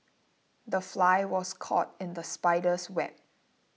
the fly was caught in the spider's web